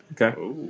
Okay